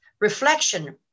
reflection